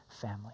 family